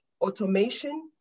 automation